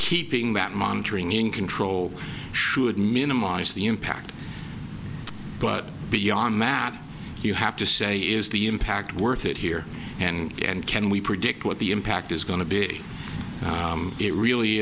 keeping that monitoring in control should minimize the impact but beyond math you have to say is the impact worth it here and can we predict what the impact is going to be it really